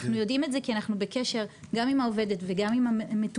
אנחנו יודעים את זה כי אנחנו בקשר גם עם העובדת וגם עם המטופלים,